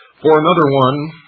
for another one,